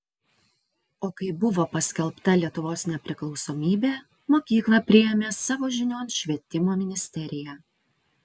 o kai buvo paskelbta lietuvos nepriklausomybė mokyklą priėmė savo žinion švietimo ministerija